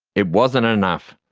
it wasn't enough.